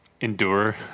Endure